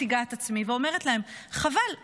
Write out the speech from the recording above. מציגה את עצמי ואומרת להם: חבל,